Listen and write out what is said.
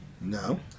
No